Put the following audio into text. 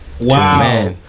Wow